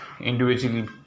individually